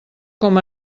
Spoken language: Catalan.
com